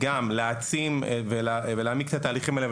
להעצים ולהעמיק את התהליכים האלה,